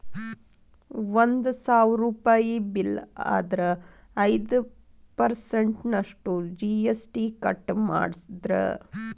ಒಂದ್ ಸಾವ್ರುಪಯಿ ಬಿಲ್ಲ್ ಆದ್ರ ಐದ್ ಪರ್ಸನ್ಟ್ ನಷ್ಟು ಜಿ.ಎಸ್.ಟಿ ಕಟ್ ಮಾದ್ರ್ಸ್